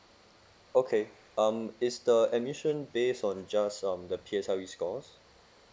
okay um is the admission base on just um the P_S_L_E scores